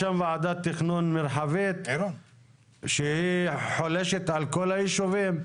יש ועדת תכנון מרחבית שחולשת על כל היישובים,